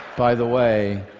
by the way,